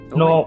no